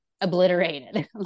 obliterated